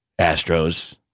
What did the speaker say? Astros